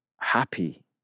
happy